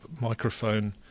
microphone